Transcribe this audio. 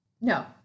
No